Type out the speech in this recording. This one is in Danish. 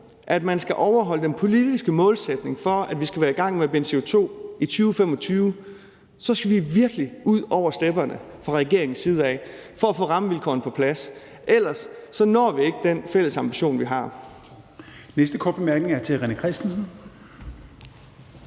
at man skal overholde den politiske målsætning for, at vi skal være i gang med at binde CO2 i 2025, så skal man virkelig ud over stepperne fra regeringens side af for at få rammevilkårene på plads, for ellers når vi ikke den fælles ambition, vi har. Kl. 16:10 Fjerde næstformand (Rasmus